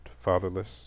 fatherless